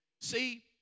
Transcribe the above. See